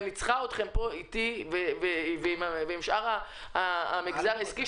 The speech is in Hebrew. אני צריכה אתכם פה איתי ועם שאר המגזר העסקי,